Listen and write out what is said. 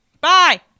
bye